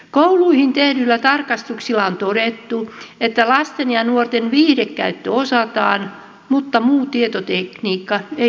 kouluihin tehdyillä tarkastuksilla on todettu että lapset ja nuoret osaavat viihdekäytön mutta muu tietotekniikka ei olekaan itsestäänselvää